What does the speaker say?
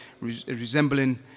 resembling